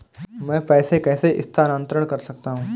मैं पैसे कैसे स्थानांतरण कर सकता हूँ?